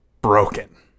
broken